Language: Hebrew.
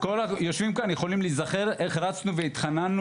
כל היושבים כאן יכולים להיזכר איך רצנו והתחננו